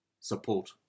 support